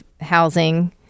housing